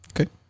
Okay